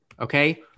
Okay